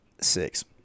six